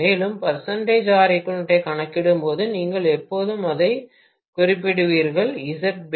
மேலும் Req ஐக் கணக்கிடும்போது நீங்கள் எப்போதும் அதைக் குறிப்பிடுவீர்கள் Zbase